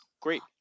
Great